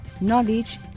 knowledge